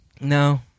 No